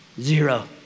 Zero